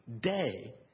day